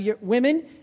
women